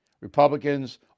Republicans